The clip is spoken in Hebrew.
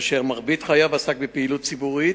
אשר מרבית חייו עסק בפעילות ציבורית,